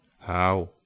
How